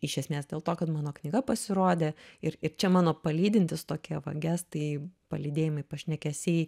iš esmės dėl to kad mano knyga pasirodė ir ir čia mano palydintys tokie va gestai palydėjimai pašnekesiai